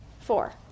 four